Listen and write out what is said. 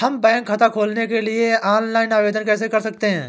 हम बैंक खाता खोलने के लिए ऑनलाइन आवेदन कैसे कर सकते हैं?